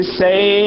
say